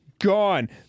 gone